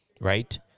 right